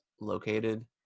located